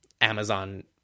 Amazon